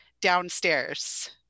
downstairs